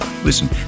Listen